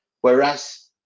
whereas